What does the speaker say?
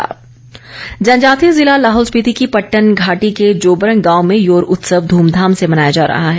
your उत्सव जनजातीय जिला लाहौल स्पिति की पट्टन घाटी के जोबरंग गांव में योर उत्सव धूमधाम से मनाया जा रहा है